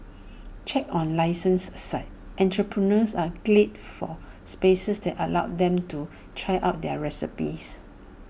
checks on licences aside entrepreneurs are glad for spaces that allow them to try out their recipes